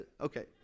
okay